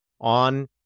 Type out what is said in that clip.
on